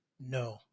No